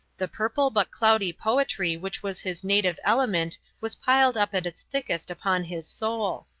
the purple but cloudy poetry which was his native element was piled up at its thickest upon his soul.